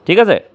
ঠিক আছে